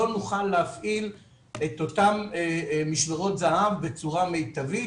נוכל להפעיל את אותן משמרות זה"ב בצורה מיטבית,